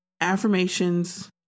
affirmations